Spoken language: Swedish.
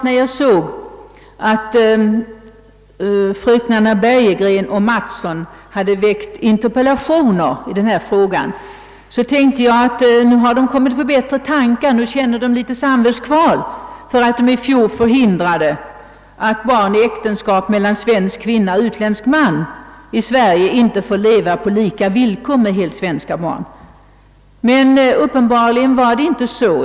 När jag såg att fröken Bergegren och fröken Mattson hade väckt interpellationer i denna fråga tänkte jag omedelbart: Nu har de kommit på bättre tankar, nu känner de litet samvetskval för att de i fjol förhindrade att barn i äktenskap mellan svensk kvinna och utländsk man i Sverige får leva på samma villkor som helt svenska barn. Uppenbarligen var det inte så.